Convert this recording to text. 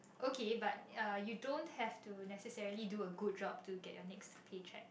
okay but uh you don't have to necessarily do a good job to get your next paycheck